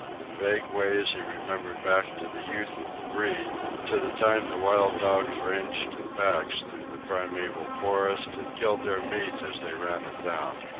in vague ways he remembered back to the youth of the breed, to the time the wild dogs ranged in packs through the primeval forest and killed their meat as they ran it down.